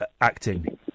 acting